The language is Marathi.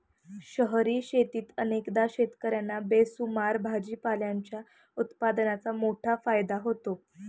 शहरी शेतीत अनेकदा शेतकर्यांना बेसुमार भाजीपाल्याच्या उत्पादनाचा मोठा फायदा होतो